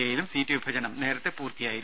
എയിലും seat വിഭജനം നേരത്തെ പൂർത്തിയായിരുന്നു